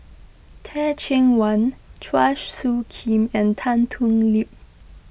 Teh Cheang Wan Chua Soo Khim and Tan Thoon Lip